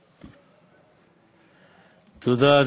תודה.